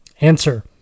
Answer